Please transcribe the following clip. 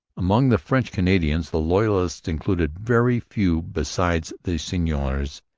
among the french canadians the loyalists included very few besides the seigneurs,